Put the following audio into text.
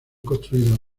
construidos